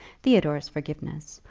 theodore's forgiveness,